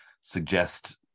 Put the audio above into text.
suggest